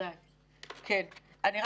על איך